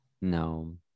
no